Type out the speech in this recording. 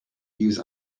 use